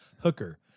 Hooker